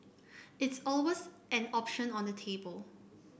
it's always an option on the table